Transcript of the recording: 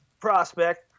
prospect